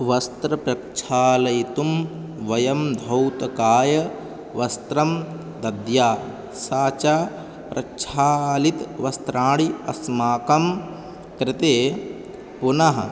वस्त्रं प्रक्षालयितुं वयं धौतकाय वस्त्रं दद्यात् सा च प्रक्षालितव्यं वस्त्रादयः अस्माकं कृते पुनः